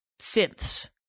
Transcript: synths